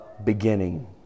Beginning